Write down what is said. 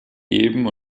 eben